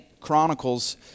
Chronicles